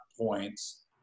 points